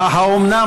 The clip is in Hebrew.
האומנם?